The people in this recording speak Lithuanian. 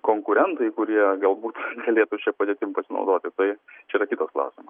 konkurentai kurie galbūt galėtų šia padėtim pasinaudoti tai čia yra kitas klausimas